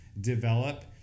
develop